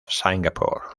singapore